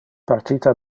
partita